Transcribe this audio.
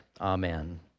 Amen